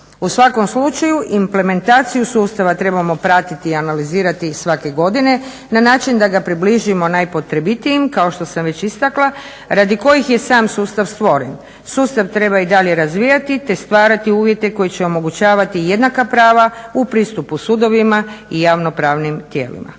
U svakom slučaju implementaciju sustava trebamo pratiti i analizirati svake godine na način da ga približimo najpotrebitijim kao što sam već istakla radi kojih je sam sustav stvoren. Sustav treba i dalje razvijati te stvarati uvjete koji će omogućavati jednaka prava u pristupu sudovima i javnopravnim tijelima.